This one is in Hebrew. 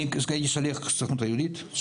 אני הייתי שליח של הסוכנות היהודית,